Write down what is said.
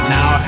Now